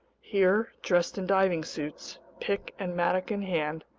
here, dressed in diving suits, pick and mattock in hand,